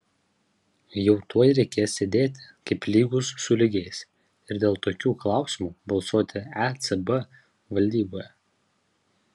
jau tuoj reikės sėdėti kaip lygūs su lygiais ir dėl tokių klausimų balsuoti ecb valdyboje